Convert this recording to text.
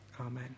amen